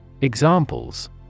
Examples